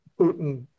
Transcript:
Putin